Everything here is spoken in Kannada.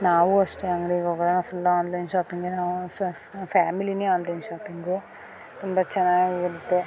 ನಾವು ಅಷ್ಟೆ ಅಂಗ್ಡಿಗ್ಹೋಗೊಲ್ಲ ಫುಲ್ ಆನ್ಲೈನ್ ಶಾಪಿಂಗೇನೆ ಫ್ಯಾಮಿಲಿಯೇ ಆನ್ಲೈನ್ ಶಾಪಿಂಗು ತುಂಬ ಚೆನ್ನಾಗಿರುತ್ತೆ